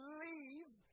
leave